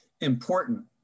important